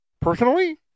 personally